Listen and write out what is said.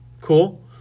cool